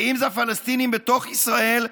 ואם זה הפלסטינים בתוך ישראל,